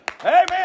Amen